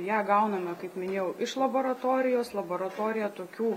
ją gauname kaip minėjau iš laboratorijos laboratorija tokių